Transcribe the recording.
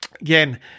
again